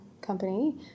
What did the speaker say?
company